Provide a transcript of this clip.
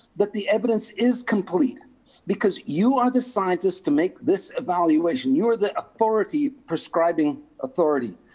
but the evidence is complete because you are the scientists to make this evaluation, you're the authority, prescribing authority.